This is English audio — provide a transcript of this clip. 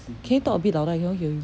can you talk a bit louder I cannot hear you